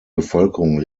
bevölkerung